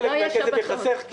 חלק מהכסף ייחסך,